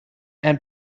and